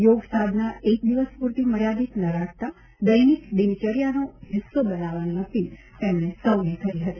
યોગ સાધના એક દિવસ પુરતી મર્યાદિત ન રાખતા દૈનિક દિનચર્યાનો હિસ્સો બનાવવાની અપીલ તેમણે સૌને કરી હતી